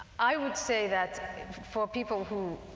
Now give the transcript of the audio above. i would say that for people who,